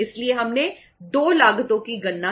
इसलिए हमने 2 लागतों की गणना की है